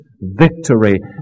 victory